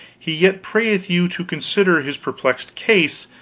he yet prayeth you to consider his perplexed case,